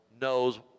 knows